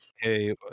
Hey